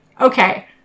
Okay